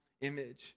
image